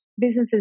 businesses